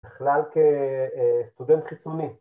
‫בכלל כסטודנט חיצוני.